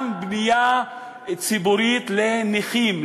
גם בנייה ציבורית לנכים,